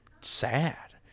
sad